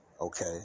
okay